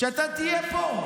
כשאתה תהיה פה.